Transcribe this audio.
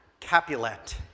Capulet